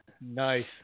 Nice